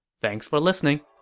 thanks for listening